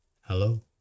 hello